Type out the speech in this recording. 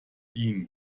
ihn